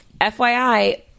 fyi